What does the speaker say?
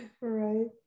right